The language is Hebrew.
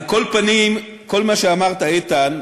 על כל פנים, כל מה שאמרת, איתן,